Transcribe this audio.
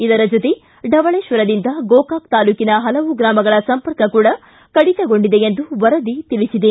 ಇದರ ಜೊತೆ ಢವಳೇಶ್ವರದಿಂದ ಗೋಕಾಕ್ ತಾಲೂಕಿನ ಹಲವು ಗ್ರಾಮಗಳ ಸಂಪರ್ಕ ಕೂಡ ಕಡಿತಗೊಂಡಿದೆ ಎಂದು ವರದಿ ತಿಳಿಸಿದೆ